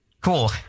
Cool